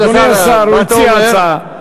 אדוני השר, הוא הציע הצעה.